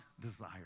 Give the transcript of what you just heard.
desire